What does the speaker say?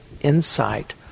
insight